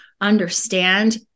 understand